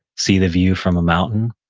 see the view from a mountain,